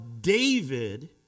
David